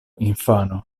infano